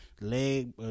leg